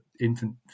infant